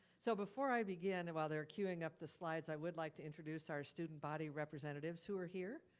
so before i begin, and while they're queuing up the slides, i would like to introduce our student body representatives who are here.